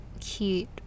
cute